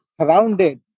surrounded